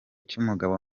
cy’umugabo